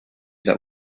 that